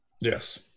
Yes